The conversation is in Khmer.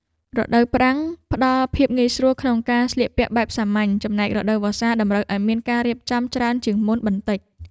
រដូវប្រាំងផ្តល់ភាពងាយស្រួលក្នុងការស្លៀកពាក់បែបសាមញ្ញចំណែករដូវវស្សាតម្រូវឱ្យមានការរៀបចំច្រើនជាងមុនបន្តិច។